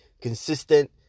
consistent